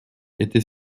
était